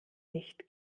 nicht